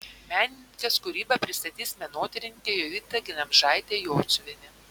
menininkės kūrybą pristatys menotyrininkė jovita glemžaitė jociuvienė